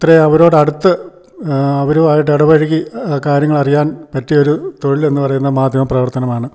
ഇത്രേ അവരോട് അടുത്ത് അവരുമായിട്ട് ഇടപഴുകി കാര്യങ്ങൾ അറിയാൻ പറ്റിയൊരു തൊഴിൽ എന്ന് പറയുന്ന മാധ്യമ പ്രവർത്തനമാണ്